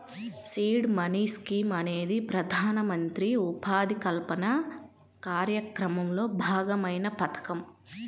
seed money scheme అనేది ప్రధానమంత్రి ఉపాధి కల్పన కార్యక్రమంలో భాగమైన పథకం